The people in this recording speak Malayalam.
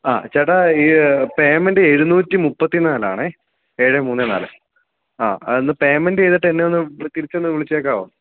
ആ ചേട്ടാ ഈയ് പേയ്മെൻ്റ എഴുന്നൂറ്റി മുപ്പത്തിനാല് ആണേ ഏഴ് മൂന്ന് നാല് ആഹ് എന്നാൽ പേയ്മെന്റ്റ് ചെയ്തിട്ട് എന്നെയൊന്ന് തിരിച്ചൊന്ന് വിളിച്ചെക്കാവോ